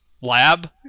Lab